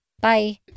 Bye